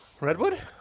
Redwood